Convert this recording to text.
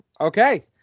okay